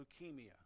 leukemia